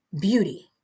beauty